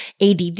ADD